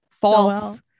False